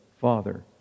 Father